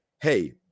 hey